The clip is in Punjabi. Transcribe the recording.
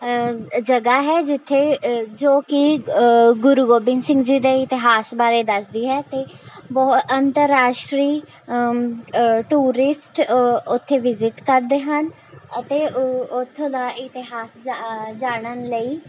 ਜਗ੍ਹਾ ਹੈ ਜਿੱਥੇ ਜੋ ਕਿ ਗੁਰੂ ਗੋਬਿੰਦ ਸਿੰਘ ਜੀ ਦੇ ਇਤਿਹਾਸ ਬਾਰੇ ਦੱਸਦੀ ਹੈ ਅਤੇ ਬਹੁਤ ਅੰਤਰਰਾਸ਼ਟਰੀ ਟੂਰਿਸਟ ਉੱਥੇ ਵਿਜ਼ਿਟ ਕਰਦੇ ਹਨ ਅਤੇ ਉੱਥੋਂ ਦਾ ਇਤਿਹਾਸ ਜਾ ਜਾਣਨ ਲਈ